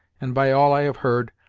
and by all i have heard,